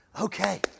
Okay